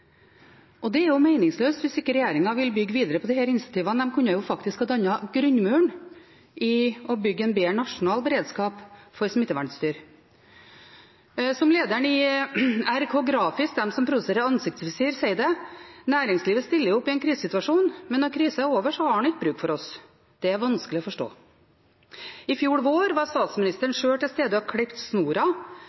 og det er jo meningsløst hvis ikke regjeringen vil bygge videre på disse initiativene. De kunne faktisk ha dannet grunnmuren i det å bygge en bedre nasjonal beredskap for smittevernutstyr. Som lederen i RKGrafisk, de som produserer ansiktsvisir, sier det: Næringslivet stiller opp i en krisesituasjon, men når krisen er over, har en ikke bruk for oss. Det er vanskelig å forstå. I fjor vår var statsministeren sjøl til stede og klippet snora